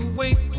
wait